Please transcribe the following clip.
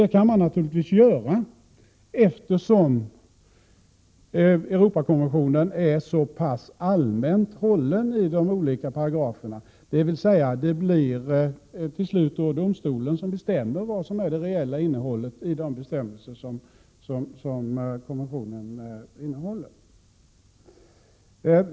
Det kan domstolen naturligtvis göra, eftersom Europakonventionen är så pass allmänt hållen i de olika paragraferna, dvs. det blir till slut domstolen som bestämmer vad som är det reella innehållet i konventionens bestämmelser.